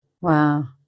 Wow